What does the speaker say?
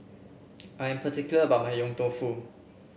I am particular about my Yong Tau Foo